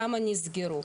כמה נסגרו.